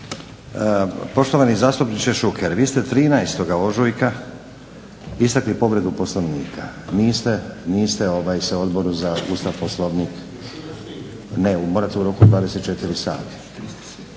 Poštovani zastupniče Šuker vi ste 13. ožujka istakli povredu Poslovnika, niste se Odboru za Ustav, Poslovnik … /Upadica Šuker: Još